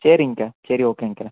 சரிங்க்கா சரி ஓகேங்கக்கா